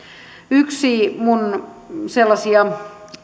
yksi minun sellaisia